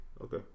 Okay